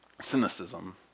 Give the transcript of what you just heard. cynicism